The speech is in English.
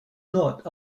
not